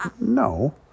No